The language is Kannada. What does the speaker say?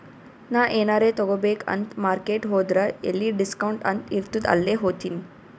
ನಾ ಎನಾರೇ ತಗೋಬೇಕ್ ಅಂತ್ ಮಾರ್ಕೆಟ್ ಹೋದ್ರ ಎಲ್ಲಿ ಡಿಸ್ಕೌಂಟ್ ಅಂತ್ ಇರ್ತುದ್ ಅಲ್ಲೇ ಹೋತಿನಿ